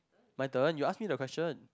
my turn you ask me the question